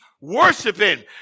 worshiping